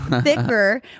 thicker